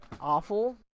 awful